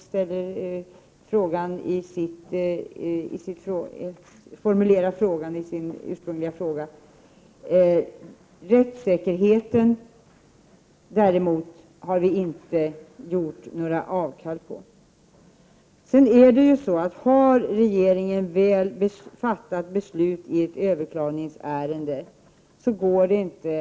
Rättssäkerhe 104 ten har vi däremot inte gjort avkall på. När regeringen väl fattat beslut i ett överklagningsärende, går det inte Prot.